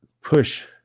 push